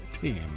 team